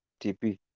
TP